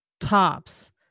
tops